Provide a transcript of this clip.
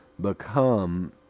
become